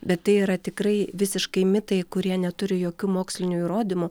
bet tai yra tikrai visiškai mitai kurie neturi jokių mokslinių įrodymų